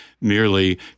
merely